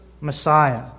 Messiah